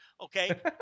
Okay